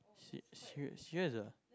se~ se~ serious ah